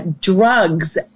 drugs